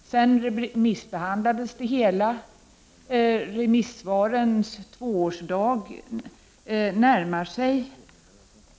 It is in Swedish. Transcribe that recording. Sedan remissbehandlades det hela. Remissvarens tvåårsdag närmar sig.